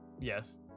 yes